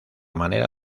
manera